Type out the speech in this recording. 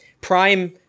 Prime